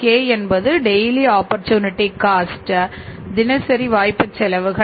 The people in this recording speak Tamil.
k என்பது டெய்லி ஆப்பர்ச்சுனிட்டி காஸ்ட் தினசரி வாய்ப்பு செலவுகள்